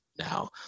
now